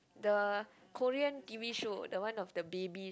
the Korean t_v show the one of the babies